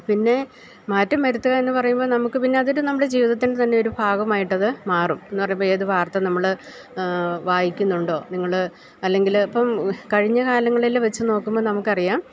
പിന്നെ മാറ്റം വരുത്തുകയെന്ന് പറയുമ്പോള് നമുക്ക് പിന്നെ അതൊരു നമ്മുടെ ജീവിതത്തിൻ്റെ തന്നെയൊരു ഭാഗമായിട്ടത് മാറും എന്നുപറയുമ്പോള് ഏത് വാർത്ത നമ്മള് വായിക്കുന്നുണ്ടോ നിങ്ങള് അല്ലെങ്കില് ഇപ്പം കഴിഞ്ഞ കാലങ്ങളെ വെച്ചുനോക്കുമ്പോള് നമുക്കറിയാം